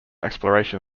exploration